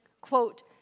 quote